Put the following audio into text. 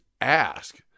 ask